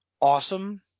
awesome